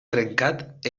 trencat